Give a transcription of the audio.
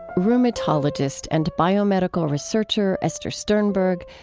rheumatologist and biomedical researcher esther sternberg.